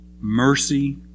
mercy